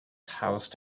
housed